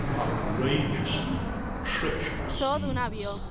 outrageously treacherous deeds.